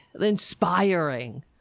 Inspiring